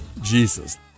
Jesus